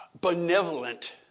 benevolent